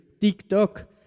TikTok